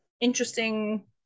interesting